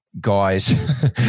guys